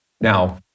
now